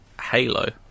Halo